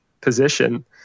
position